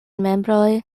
membroj